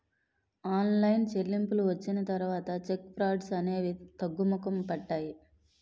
online చెల్లింపులు వచ్చిన తర్వాత చెక్ ఫ్రాడ్స్ అనేవి తగ్గుముఖం పట్టాయి